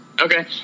Okay